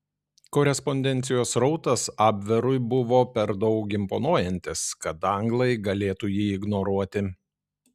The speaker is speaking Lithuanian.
korespondencijos srautas abverui buvo per daug imponuojantis kad anglai galėtų jį ignoruoti